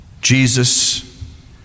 Jesus